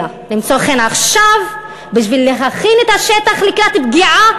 אלא למצוא חן עכשיו בשביל להכין את השטח לקראת פגיעה